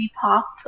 pop